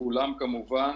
שכולם כמובן